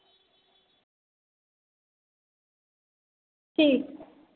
ठीक